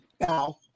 now